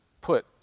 put